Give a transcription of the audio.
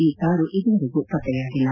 ಈ ಕಾರು ಇದುವರೆಗೂ ಪತ್ತೆಯಾಗಿಲ್ಲ